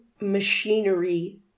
machinery